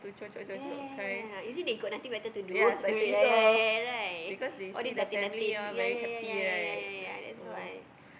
ya ya ya ya ya is it they got nothing better to do ya ya ya ya right all these datin datin ya ya ya ya ya ya ya ya that's why